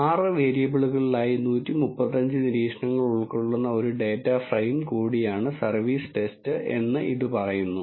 6 വേരിയബിളുകളിലായി 135 നിരീക്ഷണങ്ങൾ ഉൾക്കൊള്ളുന്ന ഒരു ഡാറ്റ ഫ്രെയിം കൂടിയാണ് സർവീസ് ടെസ്റ്റ് എന്ന് ഇത് പറയുന്നു